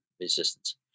resistance